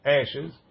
ashes